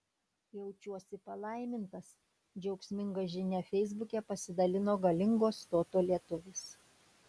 jaučiuosi palaimintas džiaugsminga žinia feisbuke pasidalino galingo stoto lietuvis